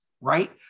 right